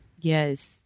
yes